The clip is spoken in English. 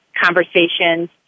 conversations